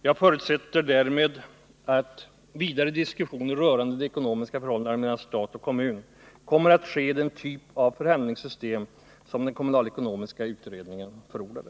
Jag förutsätter därmed att vidare diskussioner rörande de ekonomiska förhållandena mellan stat och kommun kommer att ske i den typ av förhandlingssystem som den kommunalekonomiska utredningen förordade.